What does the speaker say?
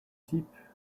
type